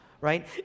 right